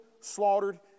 slaughtered